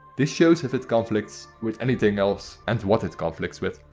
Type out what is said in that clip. this shows if it conflicts with anything else and what it conflicts with.